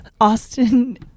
Austin